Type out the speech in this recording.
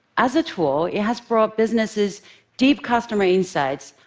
as a tool, it has brought businesses deep customer insights,